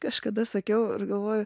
kažkada sakiau ir galvoju